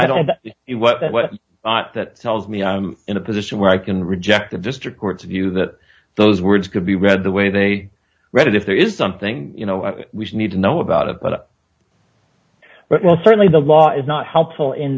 what that tells me i'm in a position where i can reject the district court's view that those words could be read the way they read it if there is something you know we need to know about it but well certainly the law is not helpful in